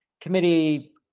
Committee